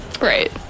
Right